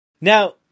Now